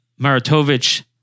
Maratovich